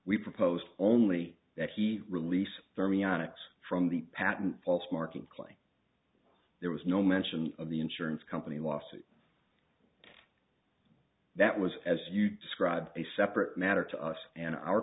we proposed only that he release thermionic from the patent false marking claim there was no mention of the insurance company lawsuit that was as you described a separate matter to us and our